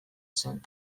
zen